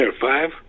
Five